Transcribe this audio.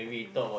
yeah